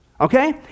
Okay